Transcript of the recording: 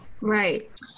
right